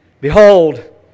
Behold